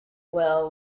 well